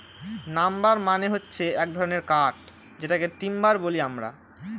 number মানে হচ্ছে এক ধরনের কাঠ যেটাকে টিম্বার বলি আমরা